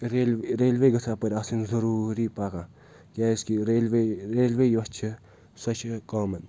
railway railway گٔژھٕ یَپٲرۍ آسٕنۍ ضٔروٗری پَکان کیاز کہِ ریلوے ریلوے یۄس چھِ سۄ چھِ کامَن